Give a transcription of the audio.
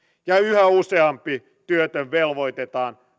ja yhä useampi työtön velvoitetaan